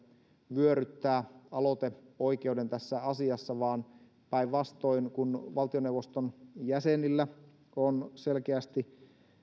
vyöryttää aloiteoikeuden valtioneuvostolle tässä asiassa päinvastoin valtioneuvoston jäsenillä on selkeästi